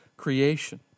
creation